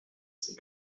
c’est